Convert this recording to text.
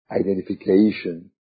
identification